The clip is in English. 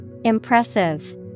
Impressive